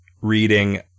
reading